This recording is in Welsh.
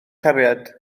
cariad